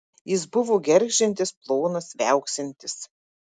jis buvo gergždžiantis plonas viauksintis